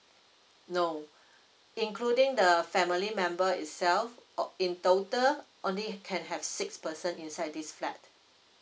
no including the family member itself in total only can have six person inside this flat